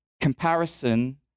comparison